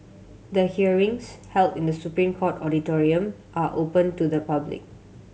the hearings held in The Supreme Court auditorium are open to the public